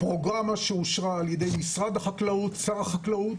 פרוגרמה שאושרה על ידי משרד החקלאות ושר החקלאות,